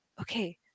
okay